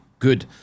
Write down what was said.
Good